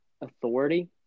authority